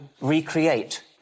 recreate